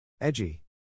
Edgy